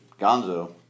gonzo